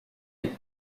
les